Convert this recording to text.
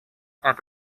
and